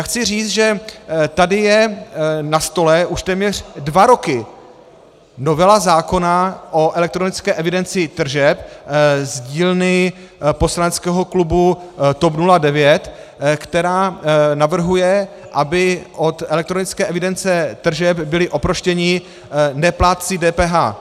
Chci říci, že tady je na stole už téměř dva roky novela zákona o elektronické evidenci tržeb z dílny poslaneckého klubu TOP 09, která navrhuje, aby od elektronické evidence tržeb byli oproštěni neplátci DPH.